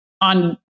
on